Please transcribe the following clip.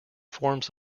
forms